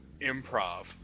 improv